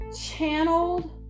channeled